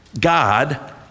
God